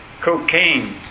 cocaine